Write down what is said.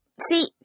See